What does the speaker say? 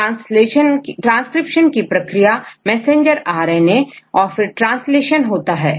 Student Transcription transcription की प्रक्रिया messenger R N A A और फिर ट्रांसलेशन होता है